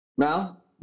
Mal